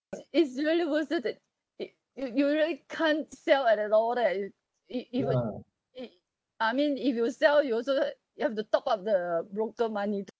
it's really worst so that it you you really can't sell at at all that uh it even it I mean if you will sell you also like you have to top up the broker money